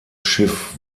schiff